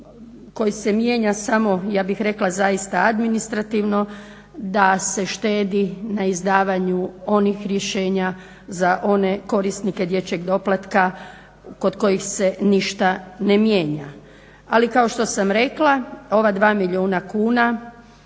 koji se mijenja samo, ja bih rekla zaista administrativno, da se štedi na izdavanju onih rješenja za one korisnike dječjeg doplatka kod kojih se ništa ne mijenja. Ali kao što sam rekla ova dva milijuna kuna